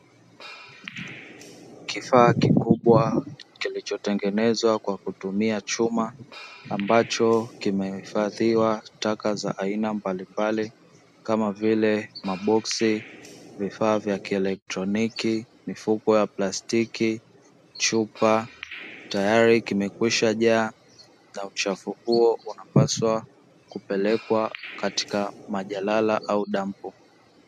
Kifaa kikubwa kilichotengenezwa kwa kutumia chuma, ambacho kimehifadhiwa taka za aina mbali mbali, kama vile maboksi, vifaa vya kietroniki, mifuko ya plastiki, chupa, tayari kimekwisha jaa na uchafu huo unapaswa kupelekwa katika majalala au dampo.